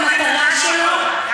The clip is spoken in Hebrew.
המטרה שלו,